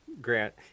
Grant